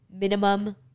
minimum